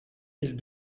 mille